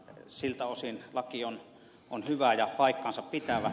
siltä osin laki on hyvä ja paikkansapitävä